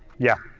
yeah.